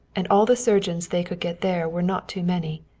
and all the surgeons they could get there were not too many.